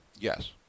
Yes